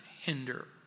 hinder